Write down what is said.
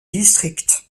district